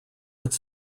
its